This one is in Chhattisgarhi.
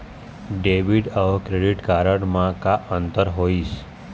डेबिट अऊ क्रेडिट कारड म का अंतर होइस?